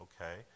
okay